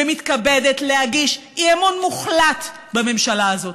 ומתכבדת להגיש אי-אמון מוחלט בממשלה הזאת.